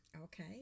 okay